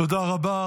תודה רבה.